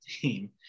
team